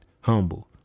humble